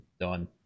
done